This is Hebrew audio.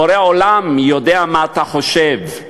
בורא עולם יודע מה אתה חושב,